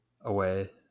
away